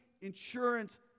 insurance